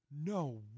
No